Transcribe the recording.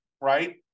right